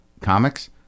Comics